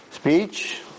Speech